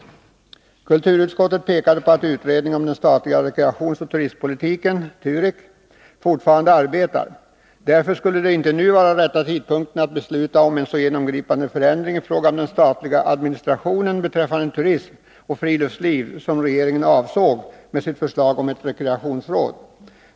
Kulturutskottet 11 juni 1982 pekade på att utredningen om den statliga rekreationsoch turistpolitiken fortfarande arbetar. Därför skulle det inte nu vara den rätta Åtgärder för de tidpunkten att besluta om en så genomgripande förändring i fråga om den statliga administrationen beträffande turism och friluftsliv som regeringen avsåg med sitt förslag om ett rekreationsråd.